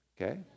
Okay